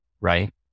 Right